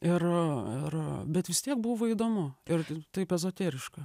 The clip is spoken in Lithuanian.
ir ir bet vis tiek buvo įdomu ir taip ezoteriška